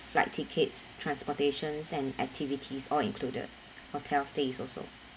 flight tickets transportation and activities all included hotel stays also